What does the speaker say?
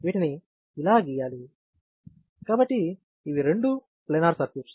వీటిని ఇలా గీయాలి కాబట్టి ఇవి రెండూ ప్లానర్ సర్క్యూట్